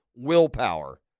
willpower